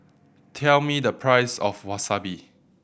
tell me the price of Wasabi